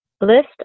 list